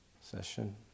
Session